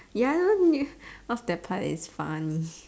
ya lor off that part is funny